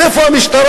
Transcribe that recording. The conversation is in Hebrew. אבל פתאום היא אשה.